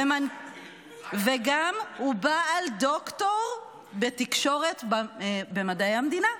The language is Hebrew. והוא גם בעל דוקטור בתקשורת ובמדעי המדינה.